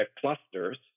clusters